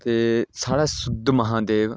ते साढ़े सुद्धमहादेव